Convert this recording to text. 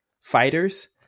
fighters